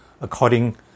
according